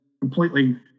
completely